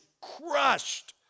crushed